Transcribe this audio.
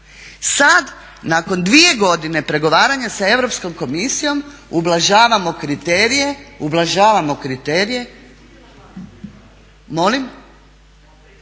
Sad nakon 2 godine pregovaranja sa Europskom komisijom ublažavamo kriterije. …/Upadica sa strane, ne